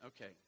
Okay